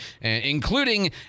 including